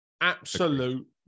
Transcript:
absolute